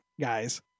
guys